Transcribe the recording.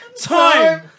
time